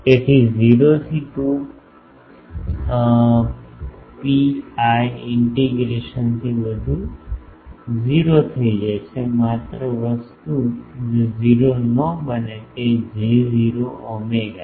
તેથી 0 થી 2 પીઆઈ ઇન્ટિગ્રેશનથી બધું 0 થઈ જાય છે માત્ર વસ્તુ જે 0 ન બને તે છે J0 ઓમેગા